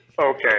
Okay